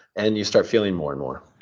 and you start feeling more and more